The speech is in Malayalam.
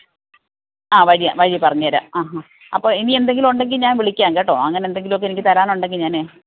ആ വഴി വഴി പറഞ്ഞുതരാം ആ ഹാ അപ്പോൾ ഇനി എന്തെങ്കിലും ഉണ്ടെങ്കിൽ ഞാൻ വിളിക്കാം കേട്ടോ അങ്ങനെ എന്തെങ്കിലുമൊക്കെ എനിക്ക് തരാനുണ്ടെങ്കിൽ ഞാൻ